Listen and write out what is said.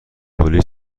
پلیس